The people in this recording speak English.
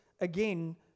again